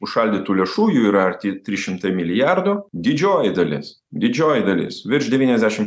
užšaldytų lėšų jų yra arti trys šimtai milijardų didžioji dalis didžioji dalis virš devyniasdešimt